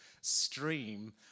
stream